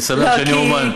אני שמח שאני אמן.